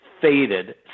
faded